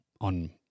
on